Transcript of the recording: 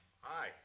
hi